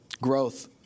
Growth